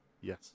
Yes